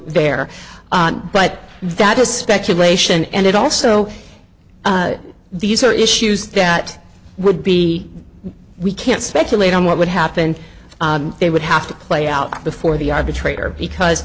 there but that is speculation and it also these are issues that would be we can't speculate on what would happen they would have to play out before the arbitrator because